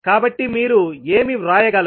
కాబట్టి మీరు ఏమి వ్రాయగలరు